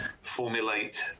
formulate